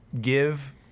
give